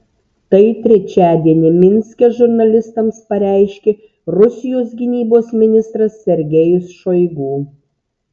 tai trečiadienį minske žurnalistams pareiškė rusijos gynybos ministras sergejus šoigu